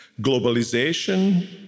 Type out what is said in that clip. globalization